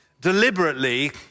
deliberately